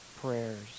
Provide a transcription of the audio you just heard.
prayers